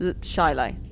Shiloh